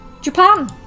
Japan